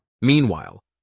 Meanwhile